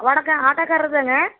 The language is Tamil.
வணக்கம் ஆட்டோக்காரர்ரு தாங்க